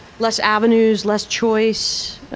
less avenues, less choice.